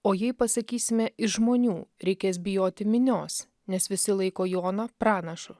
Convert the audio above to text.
o jei pasakysime iš žmonių reikės bijoti minios nes visi laiko joną pranašu